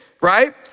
right